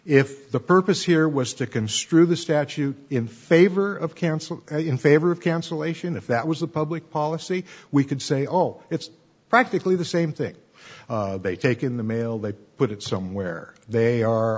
if the purpose here was to construe the statute in favor of counsel in favor of cancellation if that was a public policy we could say all it's practically the same thing they take in the mail they put it somewhere they are